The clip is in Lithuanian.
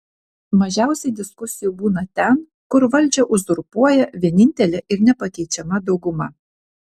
mažiausiai diskusijų būna ten kur valdžią uzurpuoja vienintelė ir nepakeičiama dauguma